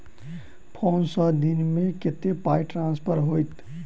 Phone सँ एक दिनमे कतेक पाई ट्रान्सफर होइत?